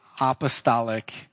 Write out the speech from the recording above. apostolic